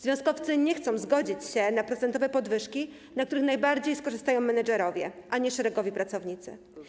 Związkowcy nie chcą zgodzić się na procentowe podwyżki, na których najbardziej skorzystają menedżerowie, a nie szeregowi pracownicy.